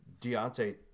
Deontay